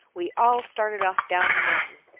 we all started off down the mountain.